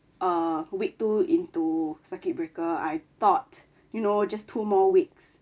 uh week two into circuit breaker I thought you know just two more weeks